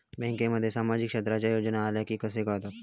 बँकांमध्ये सामाजिक क्षेत्रांच्या योजना आल्या की कसे कळतत?